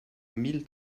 mille